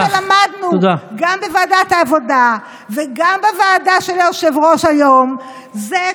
ומה שלמדנו גם בוועדת העבודה וגם בוועדה של היושב-ראש ביום זה,